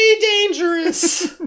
dangerous